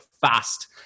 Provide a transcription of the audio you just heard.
fast